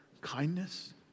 kindness